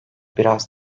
biraz